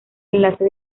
enlace